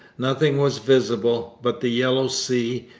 nothing was visible but the yellow sea,